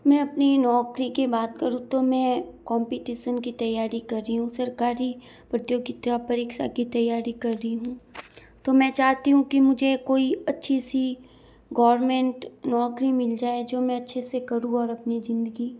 मैं अपनी नौकरी की बात करूँ तो मैं कोंपीटीसन की तैयारी कर रही हूँ सरकारी प्रतियोगिता परीक्षा की तैयारी कर रही हूँ तो मैं चाहती हूँ कि मुझे कोई अच्छी सी गोर्मेंट नौकरी मिल जाए जो मैं अच्छे से करूँ और अपनी ज़िंदगी